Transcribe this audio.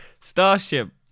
Starship